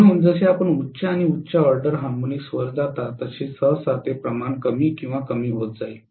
म्हणून जसे आपण उच्च आणि उच्च ऑर्डर हार्मोनिक्स वर जाता तसे सहसा ते प्रमाण कमी किंवा कमी होत जाईल